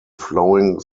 flowing